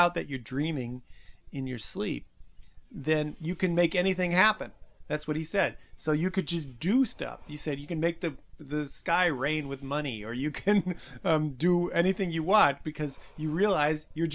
out that you're dreaming in your sleep then you can make anything happen that's what he said so you could just do stuff he said you can make the sky rain with money or you can do anything you want because you realize you're